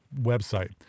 website